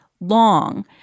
long